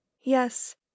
yes